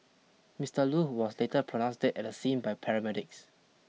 Mister Loo was later pronounced dead at the scene by paramedics